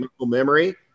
memory